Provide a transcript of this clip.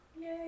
Yay